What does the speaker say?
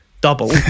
double